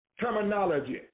terminology